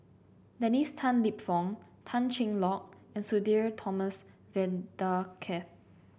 Dennis Tan Lip Fong Tan Cheng Lock and Sudhir Thomas Vadaketh